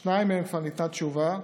על שתיים מהן כבר ניתנה תשובה,